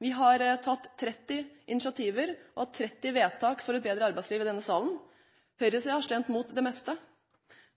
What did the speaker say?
Vi har i denne salen tatt 30 initiativ – og 30 vedtak – for et bedre arbeidsliv. Høyresiden har stemt imot det meste.